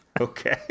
Okay